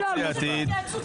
התייעצות סיעתית,